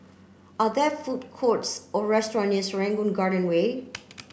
are there food courts or restaurant near Serangoon Garden Way